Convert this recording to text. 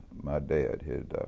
my dad had